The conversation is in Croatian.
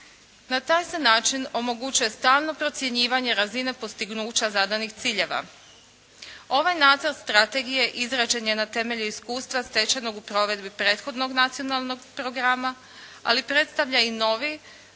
Na taj se način omogućuje stalno procjenjivanje razine postignuća zadanih ciljeva. Ovaj nadzor strategije izrađen je na temelju iskustva stečenog u provedbi prethodnog nacionalnog programa, ali predstavlja i novi